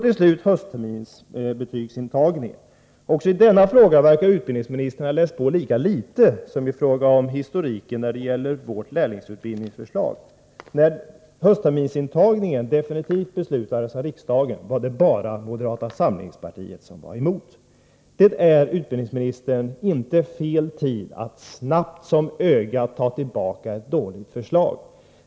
Till slut om höstterminsbetygsintagningen: I denna fråga verkar det som om utbildningsministern har läst på lika dåligt som beträffande historiken när det gäller vårt lärlingsutbildningsförslag. Då höstterminsintagningen definitivt beslutades av riksdagen var det bara moderata samlingspartiet som var emot beslutet. Det är, utbildningsministern, inte fel tidpunkt att nu snabbt som ögat ta tillbaka ett dåligt förslag.